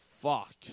fuck